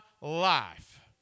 life